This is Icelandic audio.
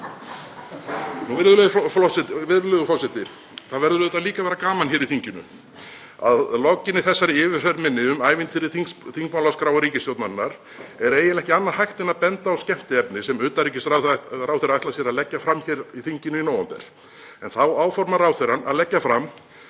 Virðulegur forseti. Það verður auðvitað líka að vera gaman hér í þinginu. Að lokinni þessari yfirferð minni um ævintýri þingmálaskrár ríkisstjórnarinnar er eiginlega ekki annað hægt en að benda á skemmtiefni sem utanríkisráðherra ætlar sér að leggja fram hér í þinginu í nóvember, en þá áformar ráðherrann að leggja fram